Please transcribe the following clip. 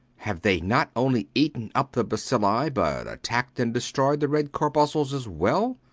have they not only eaten up the bacilli, but attacked and destroyed the red corpuscles as well?